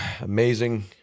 amazing